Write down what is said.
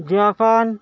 Japan